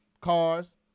cars